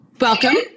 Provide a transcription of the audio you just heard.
welcome